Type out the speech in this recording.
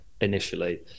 initially